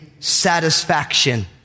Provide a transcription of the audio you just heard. Satisfaction